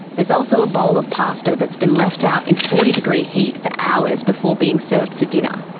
there's also a bowl of pasta that's been left out in forty degree heat for hours before being served for dinner.